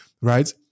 Right